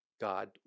God